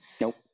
Nope